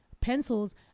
pencils